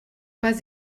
pas